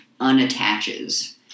unattaches